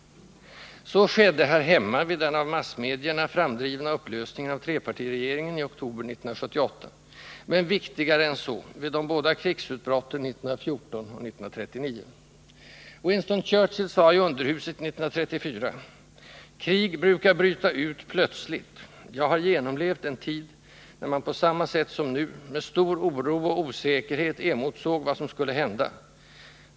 Så skedde här hemma vid den av massmedierna framdrivna upplösningen av trepartiregeringen i oktober 1978 — men viktigare än så: vid de båda krigsutbrotten 1914 och 1939. Winston Churchill sade i underhuset 1934: ”Krig brukar bryta ut plötsligt. Jag har genomlevt en tid när man på samma sätt som nu med stor oro och osäkerhet emotsåg vad som skulle hända.